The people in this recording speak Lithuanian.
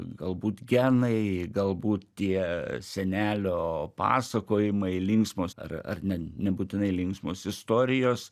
galbūt genai galbūt tie senelio pasakojimai linksmos ar ar ne nebūtinai linksmos istorijos